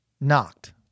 knocked